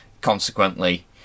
consequently